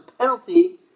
penalty